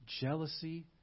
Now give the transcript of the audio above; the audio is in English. jealousy